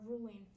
ruling